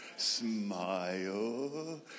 smile